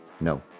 No